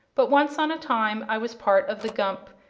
but once on a time i was part of the gump,